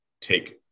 take